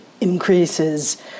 increases